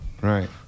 Right